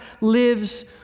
lives